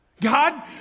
God